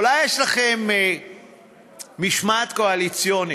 אולי יש לכם משמעת קואליציונית,